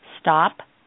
stop